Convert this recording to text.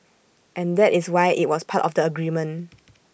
and that is why IT was part of the agreement